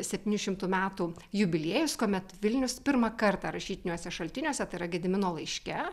septynių šimtų metų jubiliejus kuomet vilnius pirmą kartą rašytiniuose šaltiniuose tai yra gedimino laiške